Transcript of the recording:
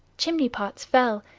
chimney-pots fell,